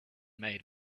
made